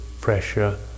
pressure